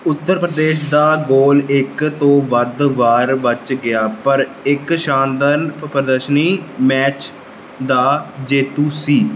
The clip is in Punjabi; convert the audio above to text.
ਉੱਤਰ ਪ੍ਰਦੇਸ਼ ਦਾ ਗੋਲ ਇੱਕ ਤੋਂ ਵੱਧ ਵਾਰ ਬਚ ਗਿਆ ਪਰ ਇੱਕ ਸ਼ਾਨਦਾਰ ਪ੍ਰਦਰਸ਼ਨੀ ਮੈਚ ਦਾ ਜੇਤੂ ਸੀ